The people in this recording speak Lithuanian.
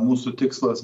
mūsų tikslas